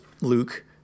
Luke